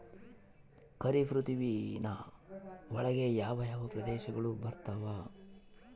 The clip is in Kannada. ಖಾರೇಫ್ ಋತುವಿನ ಒಳಗೆ ಯಾವ ಯಾವ ಪ್ರದೇಶಗಳು ಬರ್ತಾವ?